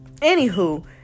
Anywho